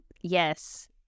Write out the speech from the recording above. Yes